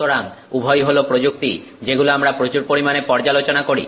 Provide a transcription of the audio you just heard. সুতরাং উভয়ই হল প্রযুক্তি যেগুলো আমরা প্রচুর পরিমাণে পর্যালোচনা করি